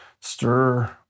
stir